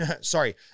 sorry